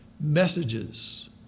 messages